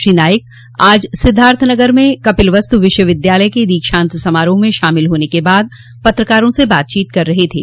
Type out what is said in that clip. श्री नाईक आज सिद्धार्थनगर में कपिलवस्तु विश्वविद्यालय के दीक्षान्त समारोह में शामिल होने के बाद पत्रकारों से बातचीत कर रहे थे